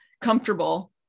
comfortable